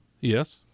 Yes